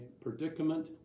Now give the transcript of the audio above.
predicament